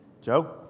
Joe